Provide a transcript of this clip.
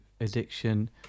addiction